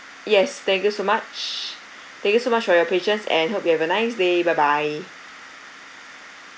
yes thank you so much thank you so much for your patience and hope you have a nice day bye bye